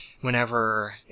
whenever